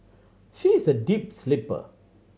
she is a deep sleeper